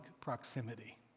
proximity